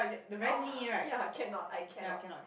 oh ya cannot I cannot